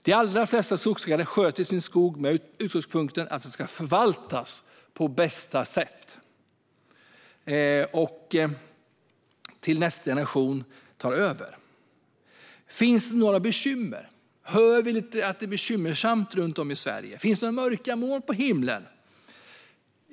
De allra flesta skogsägare sköter sin skog med utgångspunkten att den ska förvaltas på bästa sätt tills nästa generation tar över. Finns det några bekymmer? Hör vi att det är bekymmersamt runt om i Sverige? Finns det några mörka moln på himlen?